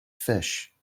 fish